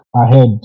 ahead